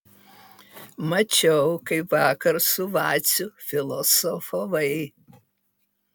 mačiau kaip vakar su vaciu filosofavai